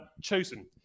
chosen